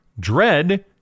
Dread